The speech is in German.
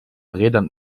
rädern